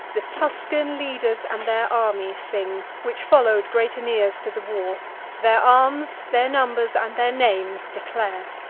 the tuscan leaders, and their army sing, which follow'd great aeneas to the war their arms, their numbers, and their names declare.